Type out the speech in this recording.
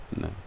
No